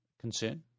concern